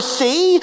see